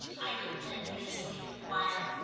i could enviously enquire,